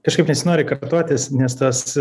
kažkaip nesinori kartotis nes tas